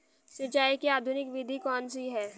सिंचाई की आधुनिक विधि कौन सी है?